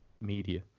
media